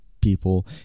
people